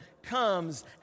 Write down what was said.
...comes